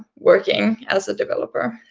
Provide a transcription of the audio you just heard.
working as a developer.